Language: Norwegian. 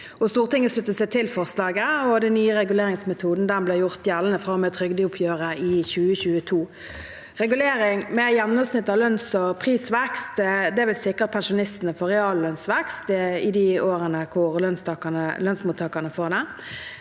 Stortinget sluttet seg til forslaget, og den nye reguleringsmetoden ble gjort gjeldende fra og med trygdeoppgjøret i 2022. Regulering med gjennomsnitt av lønns- og prisvekst vil sikre at pensjonistene får reallønnsvekst i de årene hvor lønnsmottakerne får det.